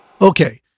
Okay